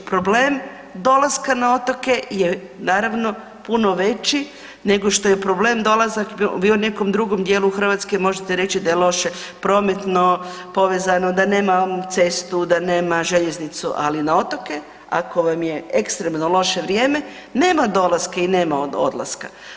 Problem dolaska na otoke je naravno puno veći nego što je problem dolazak vi u nekom drugom Hrvatske možete reći da je loše prometno povezano, da nema cestu, da nema željeznicu, ali na otoke ako vam je ekstremno loše vrijeme nema dolaska i nema odlaska.